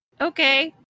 Okay